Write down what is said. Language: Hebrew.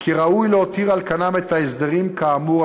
סבור כי ראוי להותיר על כנם את ההסדרים כאמור,